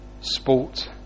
sport